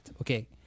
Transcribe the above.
okay